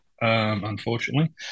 unfortunately